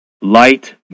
LIGHT